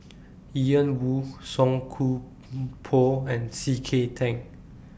Ian Woo Song Koon Poh and C K Tang